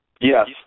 Yes